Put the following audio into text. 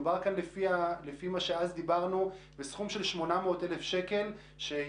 אז דובר על 800,000 שקל שאבי דיכטר,